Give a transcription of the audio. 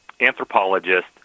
anthropologist